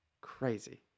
crazy